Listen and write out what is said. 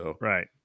Right